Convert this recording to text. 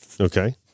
okay